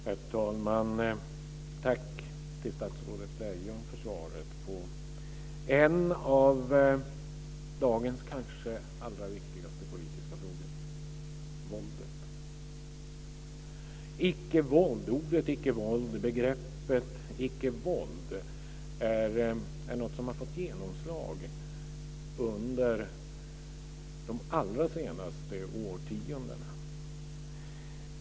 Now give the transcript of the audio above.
Herr talman! Jag tackar statsrådet Lejon för svaret i en av dagens kanske allra viktigaste politiska frågor, nämligen frågan om våldet. Begreppet icke-våld har fått genomslag under de allra senaste årtionena.